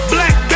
Black